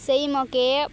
ସେଇମକେ